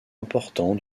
important